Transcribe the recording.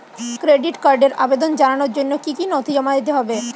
Credit কার্ডের আবেদন জানানোর জন্য কী কী নথি জমা দিতে হবে?